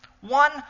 One